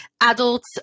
adults